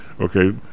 okay